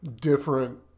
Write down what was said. different